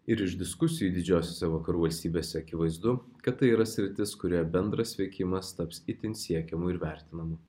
ir iš diskusijų didžiosiose vakarų valstybėse akivaizdu kad tai yra sritis kurioje bendras veikimas taps itin siekiamu ir vertinamu